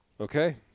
Okay